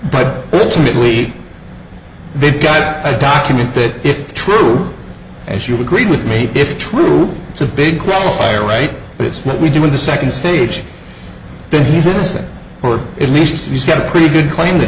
but ultimately they've got a document that if true as you agreed with me if true it's a big fire right but it's what we do in the second stage that he's innocent or at least he's got a pretty good claim t